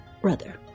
brother